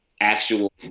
actual